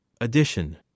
Addition